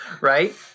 Right